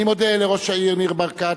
אני מודה לראש העיר ניר ברקת,